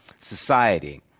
society